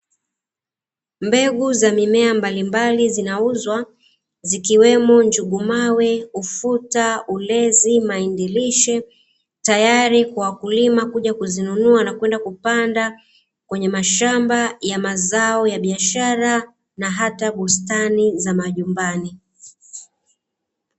Mbegu za mimea mbalimbali zinauzwa zikiwemo njugu mawe, ufuta, ulezi, maindi lishe tayari kwa wakulima kuja kuzinunua na kwenda kupanda kwenye mashamba ya mazao ya biashara na hata bustani za majumbani